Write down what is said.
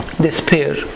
despair